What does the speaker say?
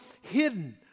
hidden